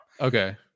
Okay